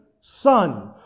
son